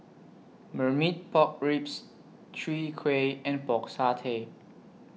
Marmite Pork Ribs Chwee Kueh and Pork Satay